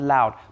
Loud